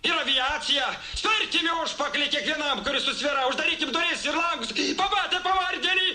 ir aviacija spirkim į užpakalį kiekvienam kuris susvyravo uždarykim duris ir langus pamatę pavargėlį